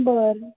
बरं